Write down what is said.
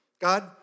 God